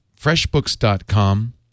FreshBooks.com